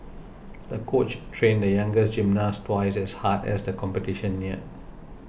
the coach trained the young gymnast twice as hard as the competition near